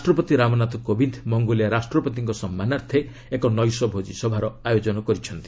ରାଷ୍ଟ୍ରପତି ରାମନାଥ କୋବିନ୍ଦ ମଙ୍ଗୋଲିଆ ରାଷ୍ଟ୍ରପତିଙ୍କ ସମ୍ମାନାର୍ଥେ ଏକ ନୈଶ୍ୟ ଭୋଜିସଭାର ଆୟୋଜନ କରିଛନ୍ତି